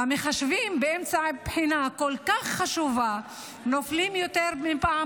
המחשבים נופלים באמצע בחינה כל כך חשובה יותר מפעם